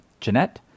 Jeanette